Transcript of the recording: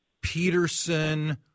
Peterson